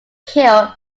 kill